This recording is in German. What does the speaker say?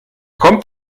kommt